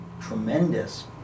tremendous